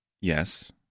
yes